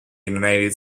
united